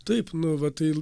taip nu va tai